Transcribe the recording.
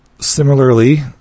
Similarly